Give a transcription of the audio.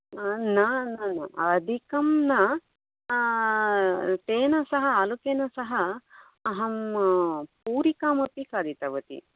न न न अधिकं न तेन सह आलूकेन सह अहं पूरिकाम् अपि खादितवती